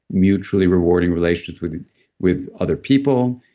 mutually rewarding relationships with with other people,